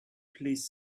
please